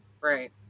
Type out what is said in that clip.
Right